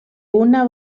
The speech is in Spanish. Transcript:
una